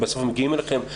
בסוף הם מגיעים אליכם.